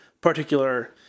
particular